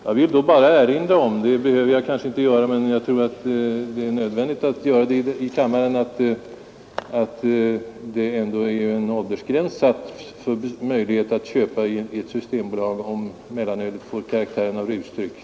Jag vill då bara erinra om — det behöver jag kanske inte göra här i kammaren, men jag gör det för säkerhets skull i alla fall — att en åldersgräns är satt vilken begränsar möjligheterna att göra inköpen i ett Systembolag, om mellanölet får karaktären av rusdryck.